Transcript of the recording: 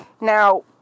Now